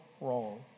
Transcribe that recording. wrong